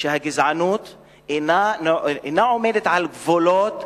שהגזענות אינה עומדת על גבולות